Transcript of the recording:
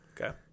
Okay